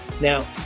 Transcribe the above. Now